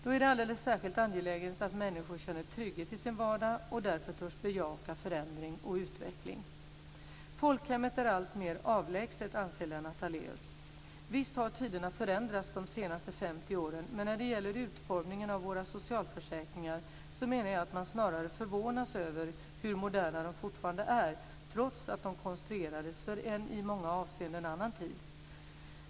Då är det alldeles särskilt angeläget att människor känner trygghet i sin vardag och därför törs bejaka förändring och utveckling. Folkhemmet är alltmer avlägset, anser Lennart Daléus. Visst har tiderna förändrats de senaste 50 åren, men när det gäller utformningen av våra socialförsäkringar menar jag att man snarare förvånas över hur moderna de fortfarande är, trots att de konstruerades för en i många avseenden annorlunda tid.